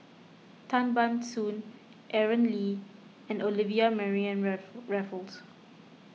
Tan Ban Soon Aaron Lee and Olivia Mariamne Raffles